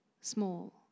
small